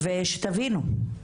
שתבינו,